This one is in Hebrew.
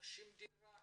רוכשים דירה,